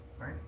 right